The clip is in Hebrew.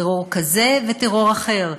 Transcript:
טרור כזה וטרור אחר.